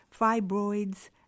fibroids